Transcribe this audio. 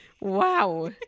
wow